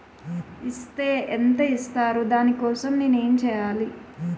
Is తే ఎంత ఇస్తారు దాని కోసం నేను ఎంచ్యేయాలి?